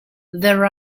there